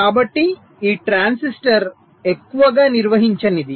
కాబట్టి ఈ ట్రాన్సిస్టర్ ఎక్కువగా నిర్వహించనిది